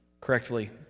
correctly